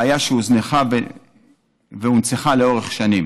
בעיה שהוזנחה והונצחה לאורך שנים.